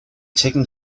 taken